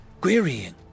querying